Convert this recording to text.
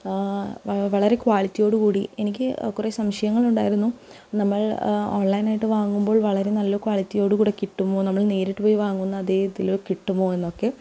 വള് വളരെ ക്വളിറ്റിയോട് കൂടി എനിക്ക് കുറെ സംശയങ്ങളുണ്ടാരുന്നു നമ്മൾ ഓൺലൈനായിട്ട് വാങ്ങുമ്പോൾ വളരെ നല്ല ക്വളിറ്റിയോടുകൂടെ കിട്ടുമോ നമ്മൾ നേരിട്ട് പോയി വാങ്ങുന്ന അതേ ഇതില് കിട്ടുമോ എന്നൊക്കെ